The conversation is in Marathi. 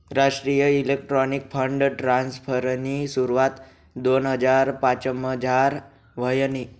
राष्ट्रीय इलेक्ट्रॉनिक्स फंड ट्रान्स्फरनी सुरवात दोन हजार पाचमझार व्हयनी